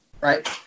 right